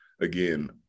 again